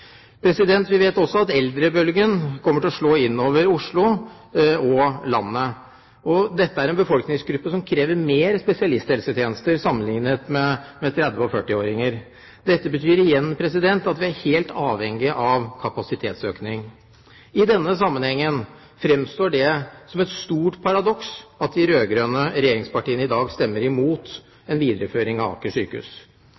Vi vet også at eldrebølgen kommer til å slå inn over Oslo og resten av landet. Dette er en befolkningsgruppe som krever mer spesialisthelsetjenester sammenlignet med 30- og 40-åringer. Dette betyr igjen at vi er helt avhengig av en kapasitetsøkning. I denne sammenhengen fremstår det som et stort paradoks at de rød-grønne regjeringspartiene i dag stemmer